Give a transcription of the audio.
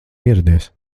ieradies